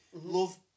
Love